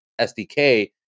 SDK